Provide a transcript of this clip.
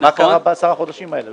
מה קרה ב-10 החושים האלה?